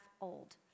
old